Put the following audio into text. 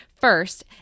first